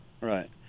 Right